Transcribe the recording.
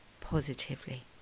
positively